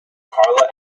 carla